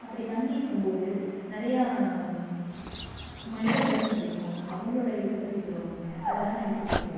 அப்படி தங்கியிருக்கும் போது நிறையா மனிதர்களை சந்திப்போம் அவங்களோட இதை பற்றி சொல்லுவாங்க அதெல்லாம் நைட் கேட்போம்